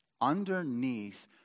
Underneath